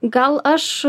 gal aš